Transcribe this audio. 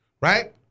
right